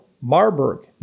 Marburg